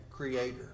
Creator